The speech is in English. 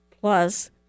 plus